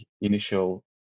initial